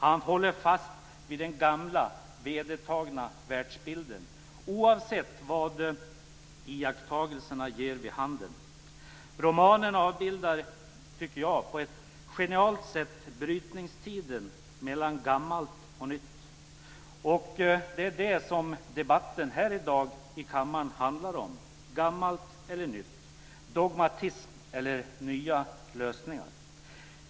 Han håller fast vid den gamla vedertagna världsbilden oavsett vad iakttagelserna ger vid handen. Romanen avbildar på ett genialt sätt brytningstiden mellan gammalt och nytt. Det är det som debatten här i dag i kammaren handlar om. Gammalt eller nytt, dogmatism eller nya lösningar.